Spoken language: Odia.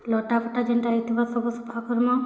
ଲଟା ଫଟା ଜେନ୍ଟା ହେଇଥିବ ସବୁ ସଫା କରମାଁ